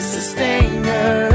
Sustainer